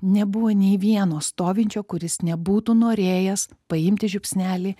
nebuvo nei vieno stovinčio kuris nebūtų norėjęs paimti žiupsnelį